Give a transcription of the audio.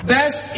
Best